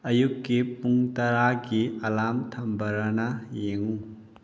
ꯑꯌꯨꯛꯀꯤ ꯄꯨꯡ ꯇꯔꯥꯒꯤ ꯑꯂꯥꯝ ꯊꯝꯕ꯭ꯔꯅ ꯌꯦꯡꯉꯨ